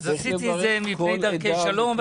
אז עשיתי את זה מפני דרכי שלום.